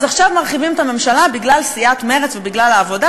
אז עכשיו מרחיבים את הממשלה בגלל סיעת מרצ ובגלל העבודה,